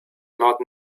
not